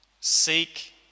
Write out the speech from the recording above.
Seek